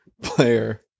player